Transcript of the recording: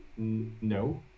No